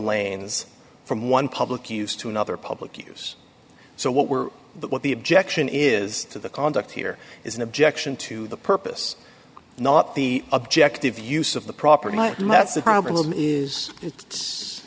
lanes from one public use to another public use so what we're but what the objection is to the conduct here is an objection to the purpose not the objective use of the property nightmare that's the problem is it's